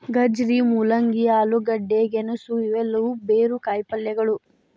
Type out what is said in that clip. ಗಜ್ಜರಿ, ಮೂಲಂಗಿ, ಆಲೂಗಡ್ಡೆ, ಗೆಣಸು ಇವೆಲ್ಲವೂ ಬೇರು ಕಾಯಿಪಲ್ಯಗಳು